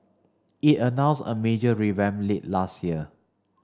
it announced a major revamp late last year